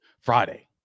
Friday